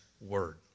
word